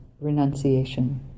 renunciation